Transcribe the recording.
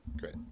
Great